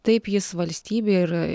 taip jis valstybei ir